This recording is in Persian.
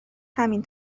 همین